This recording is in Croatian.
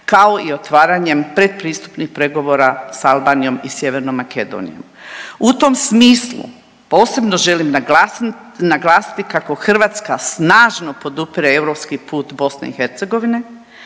kao i otvaranjem predpristupnih pregovora sa Albanijom i Sjevernom Makedonijom. U tom smislu posebno želim naglasiti kako Hrvatska snažno podupire europski put Bosne i Hercegovine.